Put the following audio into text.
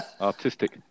artistic